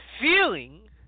feeling